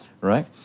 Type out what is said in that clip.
right